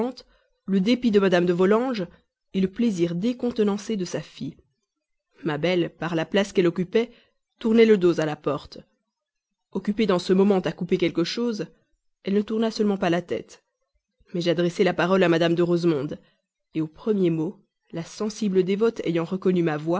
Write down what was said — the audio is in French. le dépit de mme de volanges le plaisir décontenancé de sa fille ma belle par la place qu'elle occupait tournait le dos à la porte occupée dans ce moment à couper quelque chose elle ne tourna seulement pas la tête mais j'adressai la parole à madame de rosemonde au premier mot la sensible dévote ayant reconnu ma voix